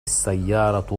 السيارة